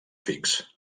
fix